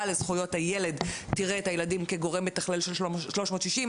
לזכויות הילד תראה את הילדים כגורם מתכלל של 360,